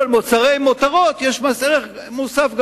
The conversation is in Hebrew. ואילו על מוצרי מותרות יש מס ערך מוסף גבוה.